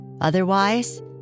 Otherwise